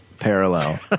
parallel